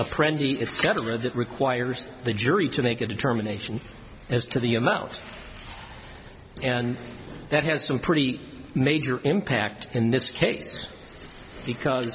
that requires the jury to make a determination as to the your mouth and that has some pretty major impact in this case because